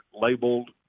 labeled